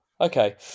okay